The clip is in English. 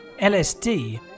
LSD